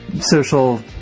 social